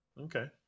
Okay